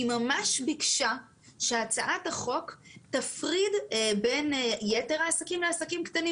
היא ממש ביקשה שהצעת החוק תפריד בין יתר העסקים לעסקים קטנים